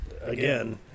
again